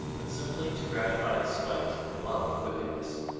but simply to gratify his spite and love of wickedness.